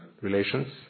relations